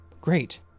Great